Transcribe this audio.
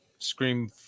Scream